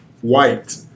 White